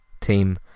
team